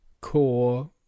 core